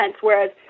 Whereas